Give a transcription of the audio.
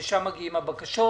שלשם מגיעות הבקשות.